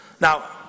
Now